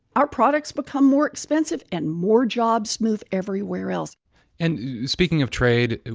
our products become more expensive and more jobs move everywhere else and speaking of trade,